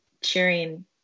cheering